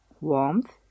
warmth